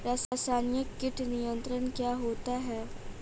रसायनिक कीट नियंत्रण क्या होता है?